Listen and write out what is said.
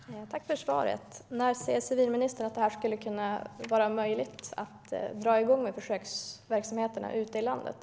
Herr talman! Tack för svaret! När tror civilministern att det är möjligt att dra igång försöksverksamheterna ute i landet?